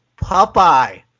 popeye